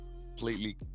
completely